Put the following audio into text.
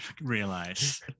realize